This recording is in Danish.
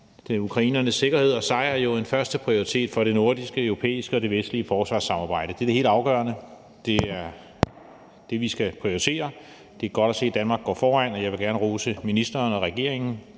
ukrainernes sikkerhed og sejr en førsteprioritet for det nordiske, europæiske og vestlige forsvarssamarbejde. Det er det helt afgørende. Det er det, vi skal prioritere. Det er godt at se, at Danmark går foran, og jeg vil gerne rose ministeren og regeringen